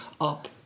up